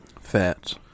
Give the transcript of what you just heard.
Fats